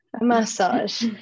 massage